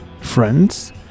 Friends